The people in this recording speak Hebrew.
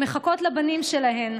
הן מחכות לבנים שלהן.